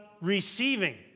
receiving